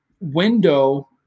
window